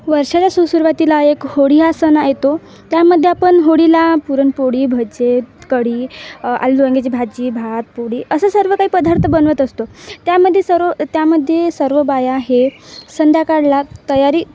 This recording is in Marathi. वर्षाच्या सु सुरवातीला एक होळी हा सण येतो त्यामध्ये आपण होळीला पुरणपोळी भजे कढी आलू वांग्याची भाजी भात पोळी असं सर्व काही पदार्थ बनवत असतो त्यामध्ये सर्व त्यामध्ये सर्व बाया हे संध्याकाळला तयारी